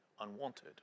unwanted